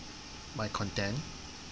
my content